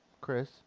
Chris